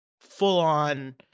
full-on